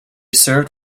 served